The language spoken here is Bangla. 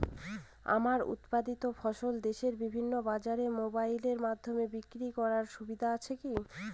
আমার উৎপাদিত ফসল দেশের বিভিন্ন বাজারে মোবাইলের মাধ্যমে বিক্রি করার সুবিধা আছে কি?